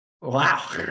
wow